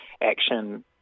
action